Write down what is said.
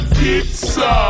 pizza